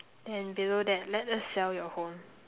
and below that let us sell your home